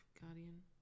guardian